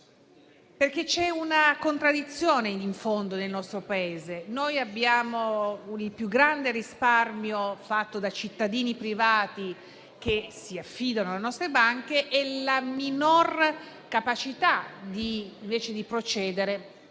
truffe. C'è una contraddizione di fondo nel nostro Paese. Noi abbiamo il più grande risparmio realizzato da cittadini privati che si affidano alle nostre banche e la minor capacità invece di procedere